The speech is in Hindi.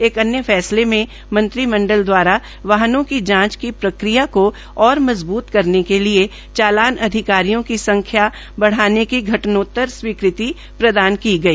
एक अन्य फैसले दवारा मंत्रीमंडल ने वाहनों की जांच की प्रक्रिया को और ओर मजब्त करने के लिये चालान अधिकारियों की संख्या बढ़ाने की घटनोत्तर स्वीकृति प्रदान की गई